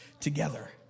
together